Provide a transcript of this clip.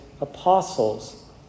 apostles